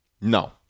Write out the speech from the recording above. No